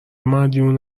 مدیون